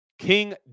King